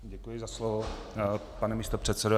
Děkuji za slovo, pane místopředsedo.